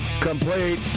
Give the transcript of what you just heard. complete